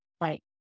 Right